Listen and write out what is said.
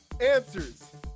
answers